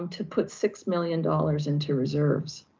um to put six million dollars into reserves.